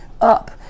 up